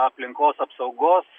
aplinkos apsaugos